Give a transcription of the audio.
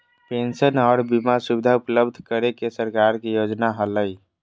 pension आर बीमा सुविधा उपलब्ध करे के सरकार के योजना हलय